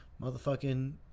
Motherfucking